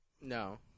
No